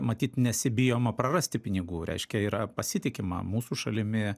matyt nesibijoma prarasti pinigų reiškia yra pasitikima mūsų šalimi